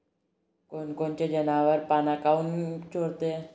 कोनकोनचे जनावरं पाना काऊन चोरते?